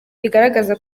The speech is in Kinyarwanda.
bigaragaza